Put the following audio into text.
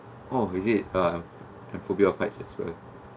oh is it uh I have phobia of height as well